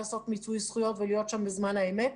לעשות מיצוי זכויות ולהיות שם בזמן אמת.